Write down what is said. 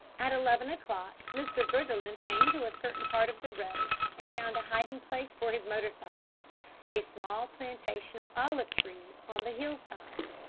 at eleven o'clock mr. briggerland came to a certain part of the road and found a hiding-place for his motor-cycle a small plantation of olive trees on the hill side.